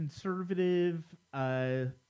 conservative